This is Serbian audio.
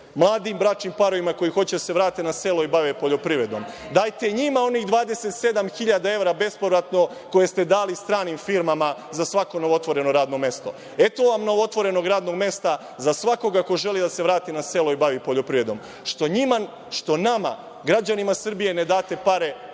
mladim bračnim parovima koji hoće da se vrate na selo i bave poljoprivredom. Dajte njima 27.000 evra bespovratno koje ste dali stranim firmama za svako novootvoreno radno mesto. Eto vam novootvorenog radnog mesta za svakoga ko želi da se vrati na selo i bavi poljoprivredom. Što nama, građanima Srbije, ne date pare